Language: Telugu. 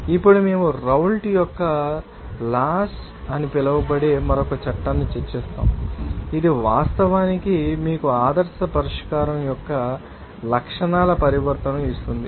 ఇప్పుడు మేము రౌల్ట్ యొక్క లాస్ అని పిలువబడే మరొక చట్టాన్ని చర్చిస్తాము ఇది వాస్తవానికి మీకు ఆదర్శ పరిష్కారం యొక్క లక్షణాల ప్రవర్తనను ఇస్తుంది